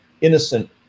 Innocent